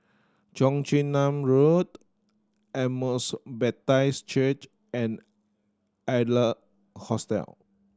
Cheong Chin Nam Road Emmaus Baptist Church and Adler Hostel